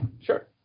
Sure